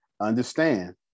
understand